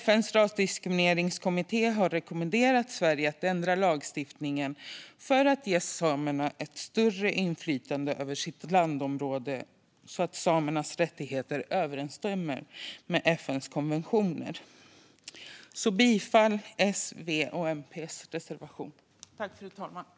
FN:s rasdiskrimineringskommitté har rekommenderat Sverige att ändra lagstiftningen för att ge samerna ett större inflytande över sitt landområde så att deras rättigheter överensstämmer med FN:s konventioner. Jag yrkar bifall till reservationen från S, V och MP.